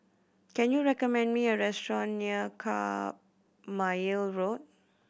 can you recommend me a restaurant near Carpmael Road